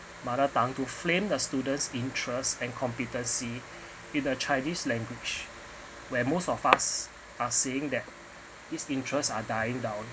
mother tongue to flame the students' interests and competency in the chinese language where most of us are seeing that this interests are dying down